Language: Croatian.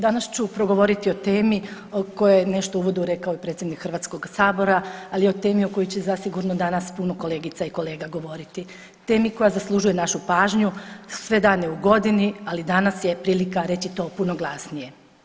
Danas ću progovoriti o temi o kojoj je nešto u uvodu rekao i predsjednik HS-a, ali o temi o kojoj će zasigurno danas puno kolegica i kolega govoriti, temi koja zaslužuje našu pažnju sve dane u godini, ali danas je prilika reći to puno glasnije.